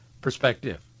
perspective